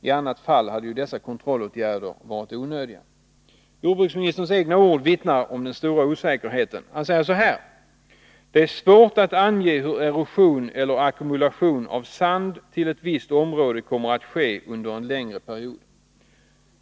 I annat fall hade ju dessa kontrollåtgärder varit onödiga. Jordbruksministerns egna ord vittnar om den stora osäkerheten: ”Det är svårt att ange hur erosion eller ackumulation av sand till ett visst område kommer att ske under en längre period.